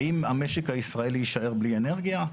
האם המשק הישראלי יישאר בלי אנרגיה?